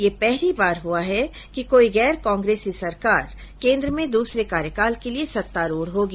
यह पहली बार है कि कोई गैर कांग्रेसी सरकार केन्द्र में दूसरे कार्यकाल के लिए सत्तारूढ़ होगी